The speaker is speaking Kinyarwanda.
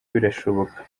birashoboka